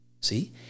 See